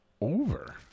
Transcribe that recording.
over